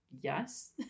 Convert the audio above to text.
Yes